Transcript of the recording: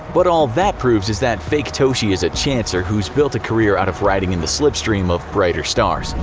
but all that proves is that faketoshi is a chancer who's built a career out of riding in the slipstream of brighter stars.